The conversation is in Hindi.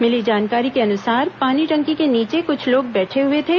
मिली जानकारी के अनुसार पानी टंकी के नीचे कुछ लोग बैठे हुए थे